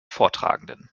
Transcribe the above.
vortragenden